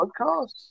podcast